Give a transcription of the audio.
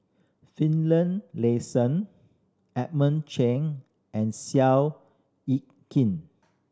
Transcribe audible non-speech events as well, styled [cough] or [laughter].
[unintelligible] Edmund Chen and Seow Yit Kin